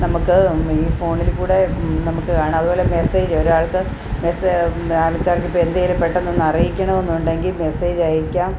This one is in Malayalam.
നമുക്ക് ഈ ഫോണിൽ കൂടെ നമുക്ക് കാണാം അതുപോലെ മെസ്സേജ് ഒരാൾക്ക് മെസ്സേ ആൾക്കാർക്ക് ഇപ്പം എന്തെങ്കിലും പെട്ടെന്ന് ഒന്ന് അറിയിക്കണം എന്നുണ്ടെങ്കിൽ മെസ്സേജ് അയയ്ക്കാം